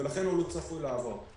ולכן הוא לא צפוי לעבור.